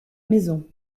maison